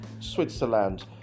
switzerland